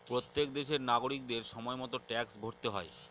প্রত্যেক দেশের নাগরিকদের সময় মতো ট্যাক্স ভরতে হয়